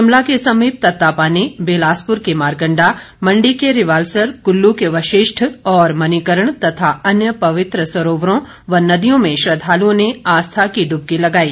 शिमला के समीप तत्तापानी बिलासपुर के मारकंडा मंडी के रिवाल्सर कुल्लू के वशिष्ठ और मणिकर्ण तथा अन्य पवित्र सरोवरों व नदियों में श्रद्वाल्ओं ने आस्था की ड्बकी लगाई